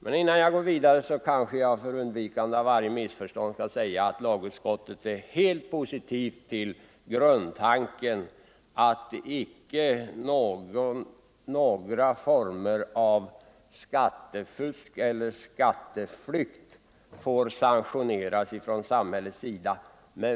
Men innan jag går vidare kanske jag för undvikande av varje missförstånd skall säga att lagutskottet är helt positivt till grundtanken, att icke några former av skattefusk eller skatteflykt får sanktioneras från samhällets sida.